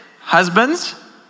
Husbands